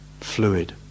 fluid